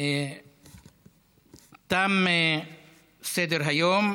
תם סדר-היום.